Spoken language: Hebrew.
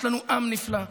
יש לנו עם נפלא,